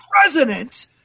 president